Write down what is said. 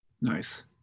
nice